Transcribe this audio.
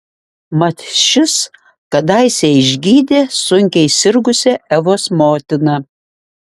mat šis kadaise išgydė sunkiai sirgusią evos motiną